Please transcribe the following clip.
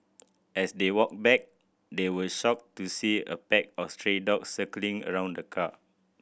as they walked back they were shocked to see a pack of stray dogs circling around the car